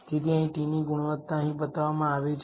તેથી અહીં t ની ગુણવત્તા અહીં બતાવવામાં આવી છે